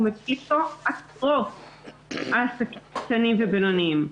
הוא מפיל פה עשרות עסקים קטנים ובינוניים.